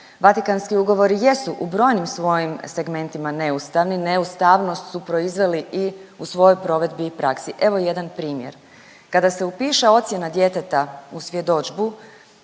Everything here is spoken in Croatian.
Vatikanski ugovori jesu u brojnim svojim segmentima neustavni, neustavnost su proizveli i u svojoj provedbi i praksi, evo jedan primjer. Kada se upiše ocjena djeteta u svjedodžbu